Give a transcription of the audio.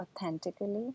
authentically